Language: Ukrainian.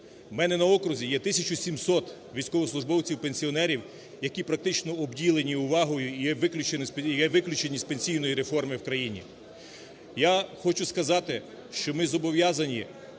В мене на окрузі є 1700 військовослужбовців пенсіонерів, які практично обділені увагою і виключені з пенсійної реформи в країні. Я хочу сказати, що ми зобов'язані